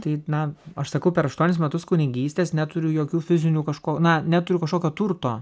tai na aš sakau per aštuonis metus kunigystės neturiu jokių fizinių kažko na neturiu kažkokio turto